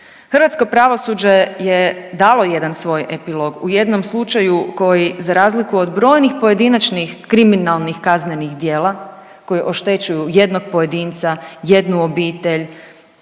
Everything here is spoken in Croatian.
Hrvatsko pravosuđe je dalo jedan svoj epilog u jednom slučaju koji za razliku od brojnih pojedinačnih kriminalnih kaznenih djela koji oštećuju jednog pojedinca, jednu obitelj,